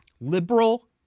Liberal